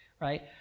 Right